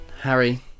Harry